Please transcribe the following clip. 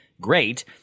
great